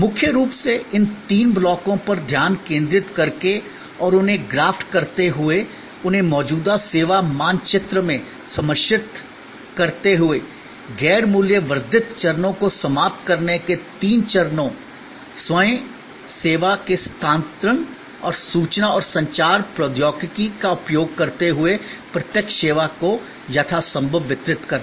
मुख्य रूप से इन तीन ब्लॉकों पर ध्यान केंद्रित करके और उन्हें ग्राफ्ट करते हुए उन्हें मौजूदा सेवा मानचित्र में सम्मिश्रित करते हुए गैर मूल्य वर्धित चरणों को समाप्त करने के तीन चरणों स्वयं सेवा में स्थानांतरण और सूचना और संचार प्रौद्योगिकी का उपयोग करते हुए प्रत्यक्ष सेवा को यथासंभव वितरित करना